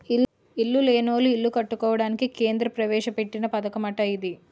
ఇల్లు లేనోళ్లు ఇల్లు కట్టుకోవడానికి కేంద్ర ప్రవేశపెట్టిన పధకమటిది